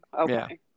Okay